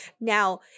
Now